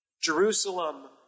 Jerusalem